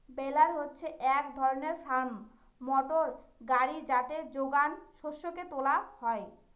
বেলার হচ্ছে এক ধরনের ফার্ম মোটর গাড়ি যাতে যোগান শস্যকে তোলা হয়